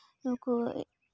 ᱱᱩᱠᱩ